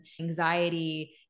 anxiety